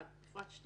(1) בפרט (2),